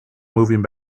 moving